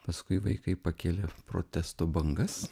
paskui vaikai pakėlė protesto bangas